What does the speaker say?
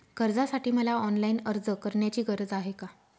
कर्जासाठी मला ऑनलाईन अर्ज करण्याची गरज आहे का?